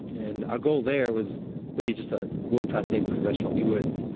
and our goal there was really just a world-class neighborhood restaurant. we weren't.